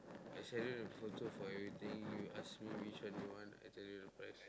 I sell you the for everything you ask me which one do you want I tell you the price